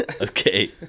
Okay